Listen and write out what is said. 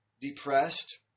depressed